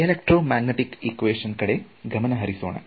ಈ electromagnetic equation ಕಡೆ ಗಮನಹರಿಸೋಣ